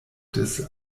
des